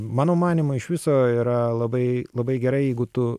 mano manymu iš viso yra labai labai gerai jeigu tu